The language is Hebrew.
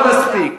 לא מספיק,